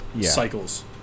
cycles